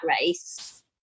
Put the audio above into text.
race